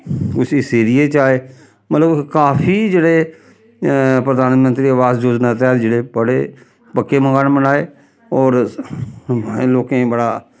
उस इस एरिये च आए मतलब काफी जेह्ड़े प्रधानमंत्री आवास योजना दे तैह्त जेह्ड़े बड़े पक्के मकान बनाए होर इ'नें लोकें गी बड़ा